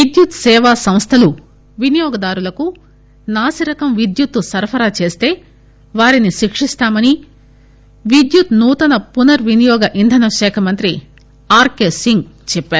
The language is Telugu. విద్యుత్ సేవా సంస్లలు వినియోగదారులకు నాసిరకం విద్యుత్ సరఫరా చేస్తే వారిని శిక్షిస్తామని విద్యుత్ నూతన పునర్చినియోగ ఇంధన శాఖ మంత్రి ఆర్కె సింగ్ చెప్పారు